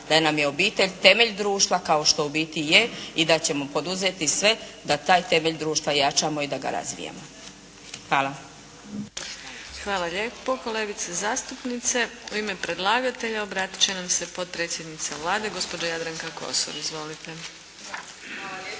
da nam je obitelj temelj društva, kao što u biti je i da ćemo poduzeti sve da taj temelj društva jačamo i da ga razvijamo. Hvala. **Adlešič, Đurđa (HSLS)** Hvala lijepo kolegice zastupnice. U ime predlagatelja obratit će nam se potpredsjednica Vlade, gospođa Jadranka Kosor. Izvolite. **Kosor,